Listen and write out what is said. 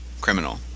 criminal